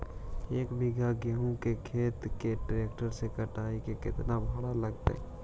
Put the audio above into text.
एक बिघा गेहूं के खेत के ट्रैक्टर से कटाई के केतना भाड़ा लगतै?